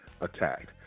attacked